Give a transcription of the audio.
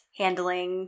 handling